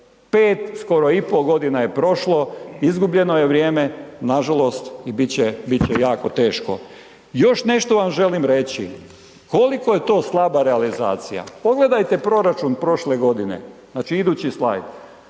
5 skoro i pol godina je prošlo, izgubljeno je vrijeme, nažalost i bit će jako teško. Još nešto vam želim reći koliko je to slaba realizacija. Ogledajte proračun prošle godine, znači idući slajd,